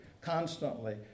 constantly